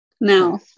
Now